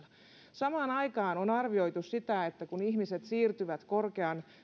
samaan aikaan on arvioitu että kun ihmiset siirtyvät korkean